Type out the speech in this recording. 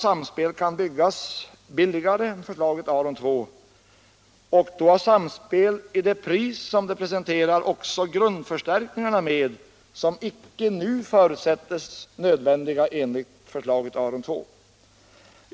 Samspel kan byggas billigare än förslaget Aron II, och då har Samspel i priset också med grundförstärkningar som nu icke förutsätts nödvändiga enligt förslaget Aron II.